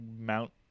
mount